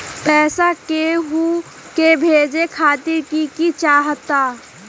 पैसा के हु के भेजे खातीर की की चाहत?